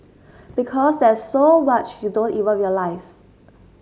because there's so much you don't even realise